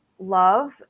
love